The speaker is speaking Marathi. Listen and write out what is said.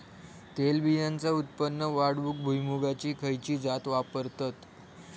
तेलबियांचा उत्पन्न वाढवूक भुईमूगाची खयची जात वापरतत?